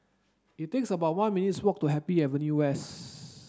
it is about one minutes' walk to Happy Avenue West